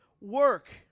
work